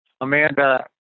Amanda